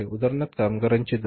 उदाहरणार्थ कामगारांचे दर